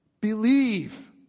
Believe